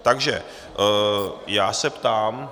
Takže já se ptám....